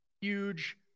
Huge